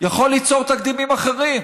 יכול ליצור תקדימים אחרים.